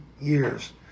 years